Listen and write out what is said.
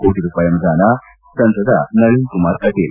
ಕೋಟ ರೂಪಾಯಿ ಅನುದಾನ ಸಂಸದ ನಳಿನ್ ಕುಮಾರ್ ಕಟೀಲ್